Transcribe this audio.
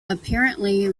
apparently